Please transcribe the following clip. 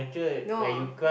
no